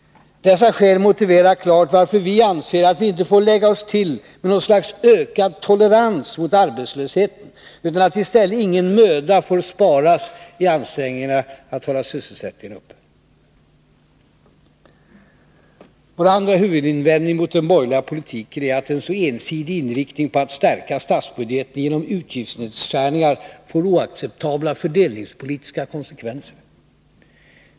Dessa skäl motiverar klart varför vi anser att vi inte får lägga oss till med något slags ökad tolerans mot arbetslösheten utan att i stället ingen möda får sparas i ansträngningarna att hålla sysselsättningen uppe. Vår andra huvudinvändning mot den borgerliga politiken är att en så ensidig inriktning på att stärka statsbudgeten genom utgiftsnedskärningar får oacceptabla fördelningspolitiska konsekvenser.